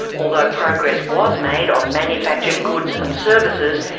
although progress was made on manufactured goods and services,